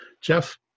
Jeff